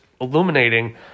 illuminating